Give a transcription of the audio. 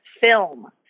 film